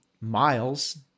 miles